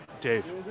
Dave